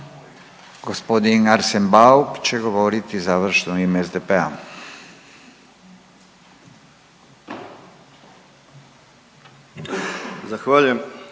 Gospodin Arsen Bauk će govoriti završno u ime SDP-a. **Bauk,